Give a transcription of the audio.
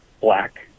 Black